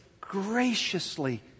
graciously